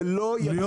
זה לא יגיע